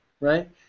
right